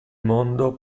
mondo